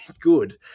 good